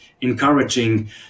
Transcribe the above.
encouraging